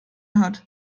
hat